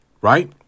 right